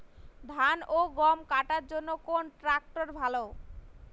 ধান ও গম কাটার জন্য কোন ট্র্যাক্টর ভালো?